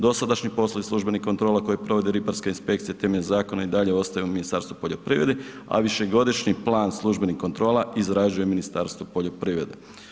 Dosadašnji poslovi službenih kontrola koje provode ribarske inspekcije temeljem zakona i dalje ostaje u Ministarstvu poljoprivrede, a višegodišnji plan službenih kontrola izrađuje Ministarstvo poljoprivrede.